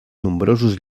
nombrosos